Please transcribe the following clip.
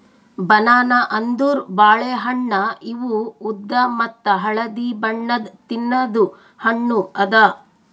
banana ಅಂದುರ್ ಬಾಳೆ ಹಣ್ಣ ಇವು ಉದ್ದ ಮತ್ತ ಹಳದಿ ಬಣ್ಣದ್ ತಿನ್ನದು ಹಣ್ಣು ಅದಾ